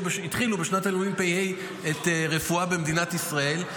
בשנת הלימודים תשפ"ה רפואה במדינת ישראל.